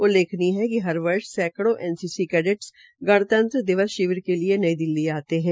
उल्लेखनीय है कि हर वर्ष सैकड़ो एनसीसी कैडेट्स गणतंत्र दिवस शिविर के लिए दिल्ली आते है